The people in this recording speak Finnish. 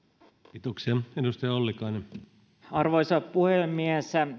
arvoisa puhemies